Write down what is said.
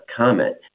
comment